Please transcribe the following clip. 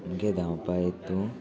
okay धांवपा येता तूं